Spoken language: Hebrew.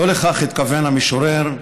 לא לכך התכוון המשורר,